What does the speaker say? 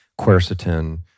quercetin